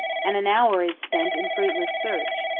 and an hour is spent in fruitless search.